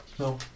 No